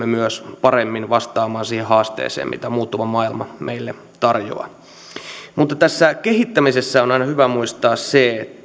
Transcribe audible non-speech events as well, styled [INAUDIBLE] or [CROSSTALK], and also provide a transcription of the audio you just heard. [UNINTELLIGIBLE] myös paremmin vastaamaan siihen haasteeseen minkä muuttuva maailma meille tarjoaa mutta tässä kehittämisessä on aina hyvä muistaa se